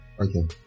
Okay